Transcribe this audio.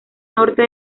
norte